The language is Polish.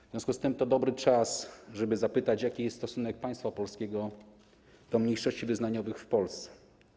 W związku z tym to dobry czas, żeby zapytać, jaki jest stosunek państwa polskiego do mniejszości wyznaniowych w Polsce.